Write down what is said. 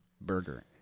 burger